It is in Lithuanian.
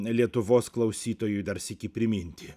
lietuvos klausytojui dar sykį priminti